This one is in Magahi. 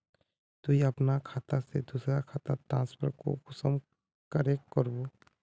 तुई अपना खाता से दूसरा खातात ट्रांसफर कुंसम करे करबो?